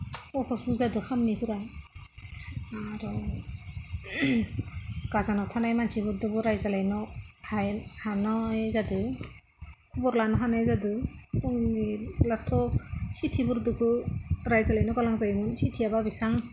सहजबो जादों खामानिफोरा आरो गोजानाव थानाय मानसिफोरजोंबो रायज्लायनो हानाय जादों खबर लानो हानाय जादों सिगांनिब्लाथ' सिथिफोरजों रायज्लायनो गोनां जायोमोन सिथिआ बेसेबां